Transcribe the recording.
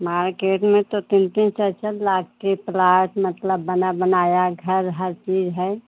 market में तो तीन तीन चार चार लाख का प्लॉट मतलब बना बनाया घर हर चीज़ है